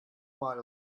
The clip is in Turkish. mal